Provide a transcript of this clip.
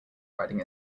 riding